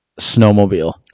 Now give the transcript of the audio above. snowmobile